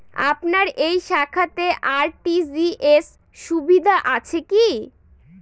আপনার এই শাখাতে আর.টি.জি.এস সুবিধা আছে কি?